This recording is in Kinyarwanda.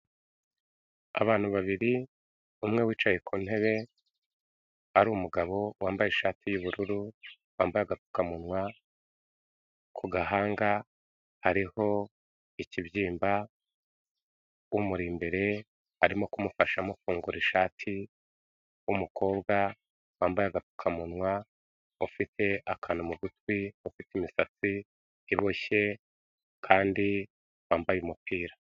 Abantu babiri, umwe wicaye ku ntebe, ari umugabo wambaye ishati y'ubururu, wambaye agapfukamunwa, ku gahanga hariho ikibyimba; umuri imbere arimo kumufasha amufungurira ishati, umukobwa wambaye agapfukamunwa, ufite akantu mu gutwi, afite imisatsi iboshye kandi wambaye umupira.